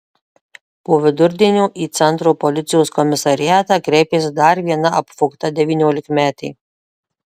po vidurdienio į centro policijos komisariatą kreipėsi dar viena apvogta devyniolikmetė